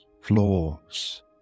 floors